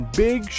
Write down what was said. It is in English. big